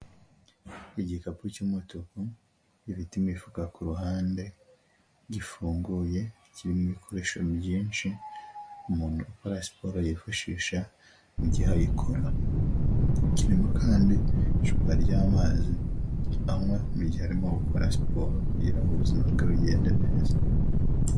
Igikapu cy'umutuku gifite imifuka ku ruhande, gifunguye kirimo ibikoresho byinshi, umuntu ukora siporo yifashisha mu gihe ayikora, kirimo kandi icupa ry'amazi anywa mu gihe arimo gukora siporo kugira ngo ubuzima bwe bugende neza.